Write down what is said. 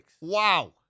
Wow